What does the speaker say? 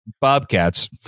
Bobcats